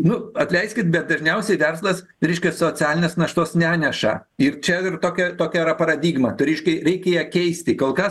nu atleiskit bet dažniausiai verslas reiškia socialinės naštos neneša ir čia ir tokia tokia yra paradigma tai reiškia reikia ją keisti kol kas